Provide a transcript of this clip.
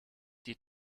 die